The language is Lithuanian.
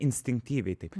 instinktyviai taip